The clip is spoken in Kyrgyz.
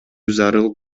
зарыл